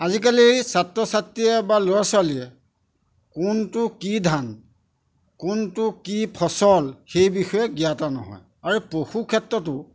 আজিকালি ছাত্ৰ ছাত্ৰীয়ে বা ল'ৰা ছোৱালীয়ে কোনটো কি ধান কোনটো কি ফচল সেই বিষয়ে জ্ঞাত নহয় আৰু পশু ক্ষেত্ৰতো